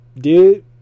dude